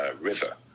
river